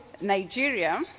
Nigeria